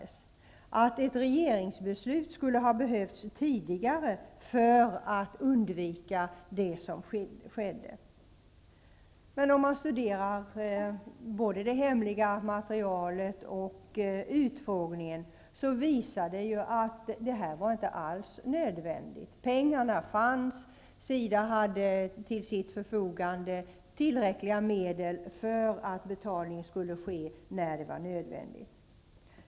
Man anser att ett regeringsbeslut skulle ha behövts tidigare för att det som skedde skulle ha undvikits. Men om man studerar det hemliga materialet och läser utfrågningen finner man att ett sådant beslut inte alls var nödvändigt. Pengarna fanns, och SIDA hade till sitt förfogande tillräckliga medel för att betalning skulle ske när detta var nödvändigt.